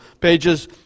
pages